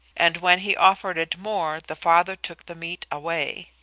and when he offered it more the father took the meat away.